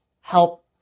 help